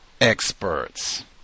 experts